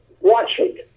watching